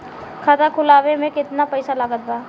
खाता खुलावे म केतना पईसा लागत बा?